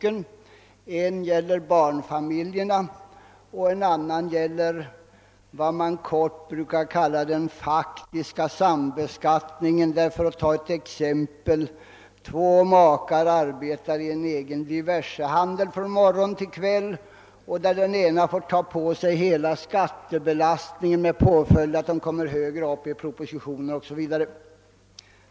Den ena gäller barnfamiljerna, den andra vad man kort brukar kalla den faktiska sambeskattningen. För att ta ett exempel: Två makar arbetar från morgon till kväll i en egen diversehandel; den ena av makarna får då ta på sig hela skattebelastningen med påföljd att skatten blir högre.